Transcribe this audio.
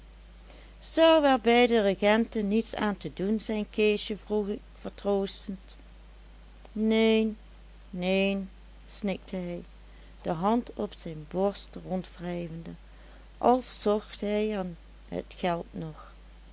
zou er bij de regenten niets aan te doen zijn keesje vroeg ik vertroostend neen neen snikte hij de hand op zijn borst